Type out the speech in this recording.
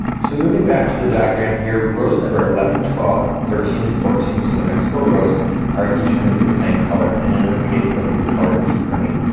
so moving back to the diagram here rows number eleven, twelve, thirteen and fourteen, so the next four rows are each gonna be the same color. and in this case, it'll be the color e for me.